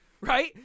right